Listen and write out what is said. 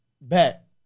bet